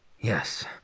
Yes